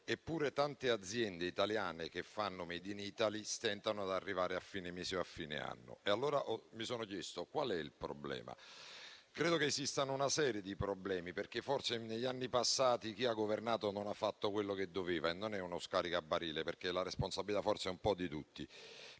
Eppure, tante aziende italiane che fanno *made in Italy* stentano ad arrivare a fine mese o a fine anno. Allora mi sono chiesto: qual è il problema? Credo che ne esista una serie, perché forse negli anni passati chi ha governato non ha fatto quello che doveva; non è uno scaricabarile, perché la responsabilità forse è un po' di tutti.